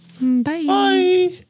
Bye